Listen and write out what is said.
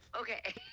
Okay